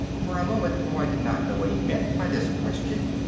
for a moment the boy did not know what he meant by this question.